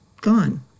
gone